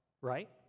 right